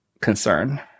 concern